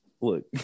Look